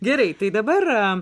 gerai tai dabar